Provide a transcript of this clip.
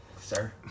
sir